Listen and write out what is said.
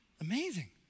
Amazing